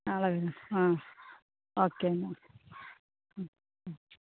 നാളെ വരൂ ആ ഓക്കേ എന്നാൽ ഉം ഉം